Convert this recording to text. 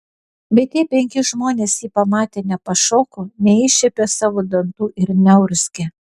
bet tie penki žmonės jį pamatę nepašoko neiššiepė savo dantų ir neurzgė